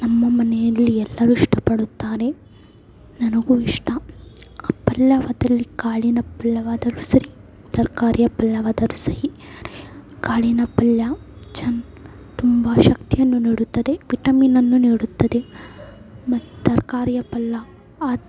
ನಮ್ಮ ಮನೆಯಲ್ಲಿ ಎಲ್ಲರೂ ಇಷ್ಟ ಪಡುತ್ತಾರೆ ನನಗೂ ಇಷ್ಟ ಪಲ್ಯವಾದಲ್ಲಿ ಕಾಳಿನ ಪಲ್ಯವಾದರೂ ಸರಿ ತರಕಾರಿಯ ಪಲ್ಯವಾದರೂ ಸರಿ ಕಾಳಿನ ಪಲ್ಯ ಚೆನ್ನ ತುಂಬ ಶಕ್ತಿಯನ್ನು ನೀಡುತ್ತದೆ ವಿಟಮಿನನ್ನು ನೀಡುತ್ತದೆ ಮತ್ತು ತರಕಾರಿಯ ಪಲ್ಯ